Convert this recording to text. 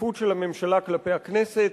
שקיפות של הממשלה כלפי הכנסת,